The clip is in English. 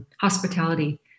hospitality